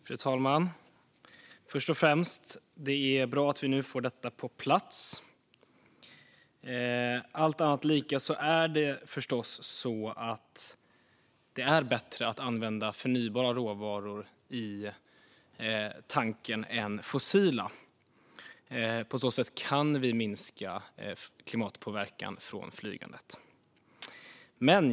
Fru talman! Först och främst är det bra att vi nu får detta på plats. Allt annat lika är det förstås så att det är bättre att använda förnybara råvaror i tanken än fossila. På så sätt kan vi minska klimatpåverkan från flyget.